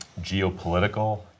geopolitical